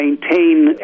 maintain